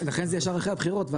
לכן זה ישר אחרי הבחירות.